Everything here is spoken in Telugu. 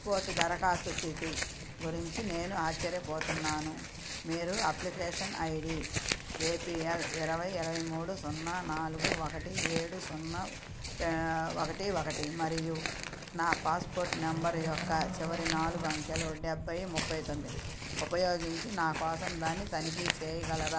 నా పాస్పోర్ట్ దరఖాస్తు స్థితి గురించి నేను ఆశ్చర్యపోతున్నాను మీరు application I D A P L ఇరవై ఇరవై మూడు సున్నా నాలుగు ఒకటి ఏడు సున్నా ఒకటి ఒకటి మరియు నా పాస్పోర్ట్ నెంబర్ యొక్క చివరి నాలుగు అంకెలు డెబ్బై ముప్పై తొమ్మిది ఉపయోగించి నా కోసం దాన్ని తనిఖీ చేయగలరా